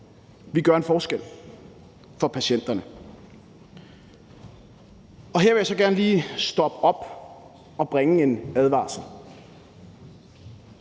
Vi gør en forskel for patienterne. Her vil jeg så gerne lige stoppe op og bringe en advarsel: